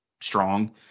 strong